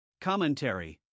Commentary